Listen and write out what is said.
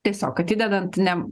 tiesiog atidedant ne